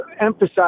emphasize